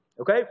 Okay